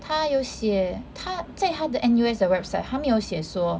他有写他在他 N_U_S 的 website 他没有写说